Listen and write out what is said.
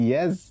Yes